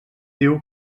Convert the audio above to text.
diu